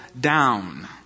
down